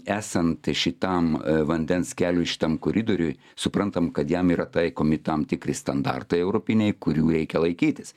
esant šitam vandens keliui šitam koridoriui suprantam kad jam yra taikomi tam tikri standartai europiniai kurių reikia laikytis